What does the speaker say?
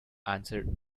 answered